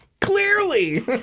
Clearly